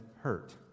hurt